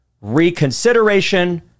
reconsideration